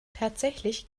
tatsächlich